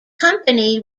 company